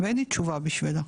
ואין לי תשובה בשבילה.